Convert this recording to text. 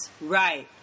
Right